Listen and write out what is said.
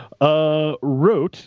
Wrote